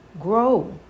Grow